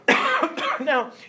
now